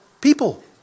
people